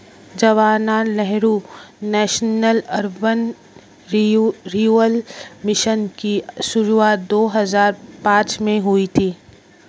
Jawaharlal Nehru national urban renewal mission की शुरुआत दो हज़ार पांच में हुई थी